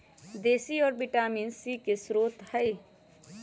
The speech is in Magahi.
देशी औरा विटामिन सी के स्रोत हई